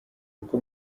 uko